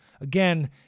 again